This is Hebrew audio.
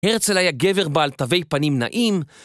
הרצל היה גבר בעל תווי פנים נאים